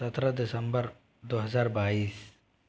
सत्रह दिसंबर दो हजार बाइस